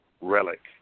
relic